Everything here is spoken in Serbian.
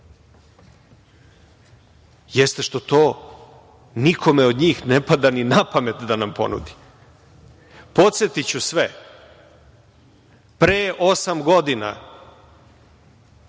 jeste što to nikome od njih ne pada na pamet da nam ponudi. Podsetiću sve, pre osam godina